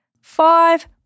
Five